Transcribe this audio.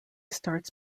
starts